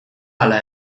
ala